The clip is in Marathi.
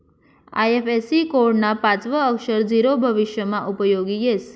आय.एफ.एस.सी कोड ना पाचवं अक्षर झीरो भविष्यमा उपयोगी येस